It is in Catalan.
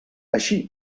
així